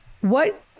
What-